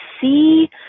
see